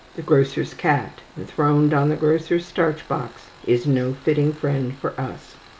the grocer's cat, enthroned on the grocer's starch-box, is no fitting friend for us.